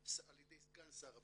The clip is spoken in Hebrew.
על ידי סגן שר הבריאות,